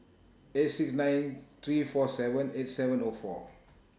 eight six nine three four seven eight seven O four